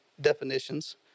definitions